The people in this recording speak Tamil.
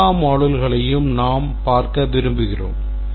எல்லா moduleகளையும் நாம் பார்க்க விரும்புகிறோம்